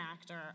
actor